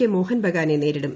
K മോഹൻ ബഗാനെ നേരിടും